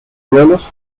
duelos